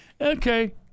Okay